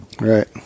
right